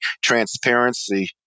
transparency